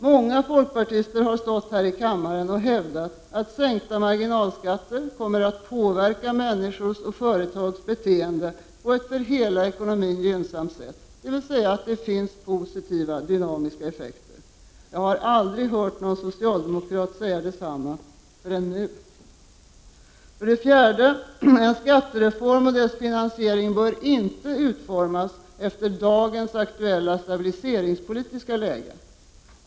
Många folkpartister har stått här i kammaren och hävdat att sänkta marginalskatter kommer att påverka människors och företags beteende på ett för hela ekonomin gynnsamt sätt, dvs. det finns positiva dynamiska effekter. Jag har aldrig hört någon socialdemokrat säga detsamma — förrän nu. För det fjärde bör en skattereform och dess finansiering inte utformas efter dagens aktuella stabiliseringspolitiska läge.